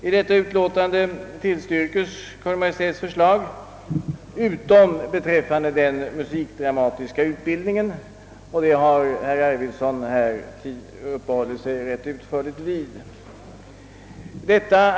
I detta utlåtande tillstyrkes Kungl. Maj:ts förslag utom beträffande den musikdramatiska utbildningen, och denna punkt har herr Arvidson uppehål Jit sig ganska utförligt vid.